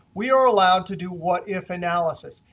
we are allowed to do what if analysis.